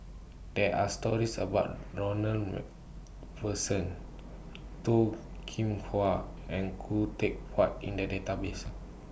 There Are stories about Ronald Wet Person Toh Kim Hwa and Khoo Teck Puat in The Database